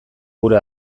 gure